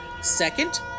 Second